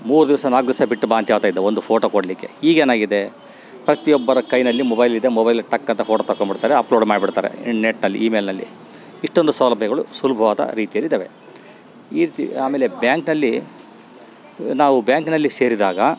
ಮೂರು ದಿವ್ಸ ನಾಲ್ಕು ದಿವ್ಸ ಬಿಟ್ಟು ಬಾ ಅಂತ ಹೇಳ್ತಾಯಿದ್ದ ಒಂದು ಫೋಟೊ ಕೊಡ್ಲಿಕ್ಕೆ ಈಗ ಏನಾಗಿದೆ ಪ್ರತಿಯೊಬ್ಬರ ಕೈಯಲ್ಲಿ ಮೊಬೈಲ್ ಇದೆ ಮೊಬೈಲಗೆ ಟಕ್ಕಂತ ಫೋಟೊ ತಕ್ಕೊಂಬಿಡ್ತಾರೆ ಅಪ್ಲೋಡ್ ಮಾಡ್ಬಿಡ್ತಾರೆ ಇನ್ ನೆಟ್ ಅಲ್ಲಿ ಇ ಮೇಲ್ನಲ್ಲಿ ಇಷ್ಟೊಂದು ಸೌಲಭ್ಯಗಳು ಸುಲಭವಾದ ರೀತಿಯಲ್ಲಿ ಇದಾವೆ ಈ ರೀತಿ ಆಮೇಲೆ ಬ್ಯಾಂಕ್ನಲ್ಲಿ ನಾವು ಬ್ಯಾಂಕ್ನಲ್ಲಿ ಸೇರಿದಾಗ